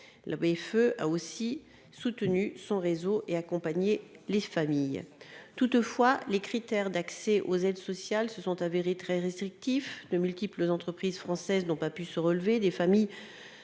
feu a aussi soutenu son réseau et accompagner les familles toutefois les critères d'accès aux aides sociales, se sont avérés très restrictif de multiples entreprises françaises n'ont pas pu se relever